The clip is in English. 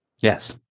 Yes